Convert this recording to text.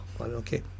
okay